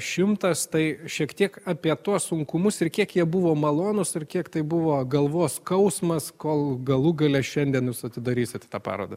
šimtas tai šiek tiek apie tuos sunkumus ir kiek jie buvo malonūs ir kiek tai buvo galvos skausmas kol galų gale šiandien jūs atidarysit tą parodą